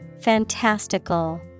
Fantastical